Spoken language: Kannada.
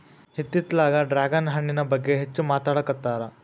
ಇತ್ತಿತ್ತಲಾಗ ಡ್ರ್ಯಾಗನ್ ಹಣ್ಣಿನ ಬಗ್ಗೆ ಹೆಚ್ಚು ಮಾತಾಡಾಕತ್ತಾರ